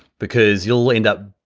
because you'll end up,